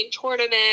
tournament